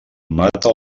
mata